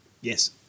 Yes